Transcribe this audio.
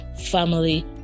family